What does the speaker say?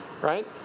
Right